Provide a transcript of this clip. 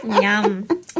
Yum